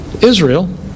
Israel